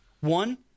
One